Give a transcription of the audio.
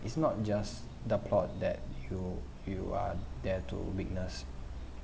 it's not just the plot that you you are there to witness